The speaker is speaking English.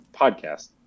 podcast